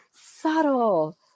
subtle